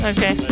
Okay